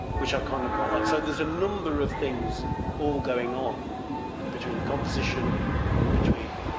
which are kind of quite like so there's a number of things all going on between compositions between